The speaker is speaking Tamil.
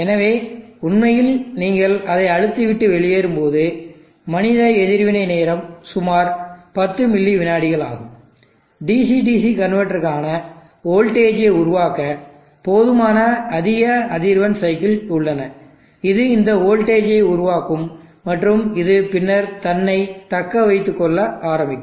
எனவே உண்மையில் நீங்கள் அதை அழுத்தி விட்டு வெளியேறும்போது மனித எதிர்வினை நேரம் சுமார் 10 மில்லி விநாடிகள் ஆகும் DC DC கன்வெர்ட்டருக்கான வோல்டேஜ் ஐ உருவாக்க போதுமான அதிக அதிர்வெண் சைக்கிள் உள்ளன இது இந்த வோல்டேஜ் ஐ உருவாக்கும் மற்றும் இது பின்னர் தன்னைத் தக்க வைத்துக் கொள்ள ஆரம்பிக்கும்